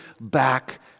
back